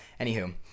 Anywho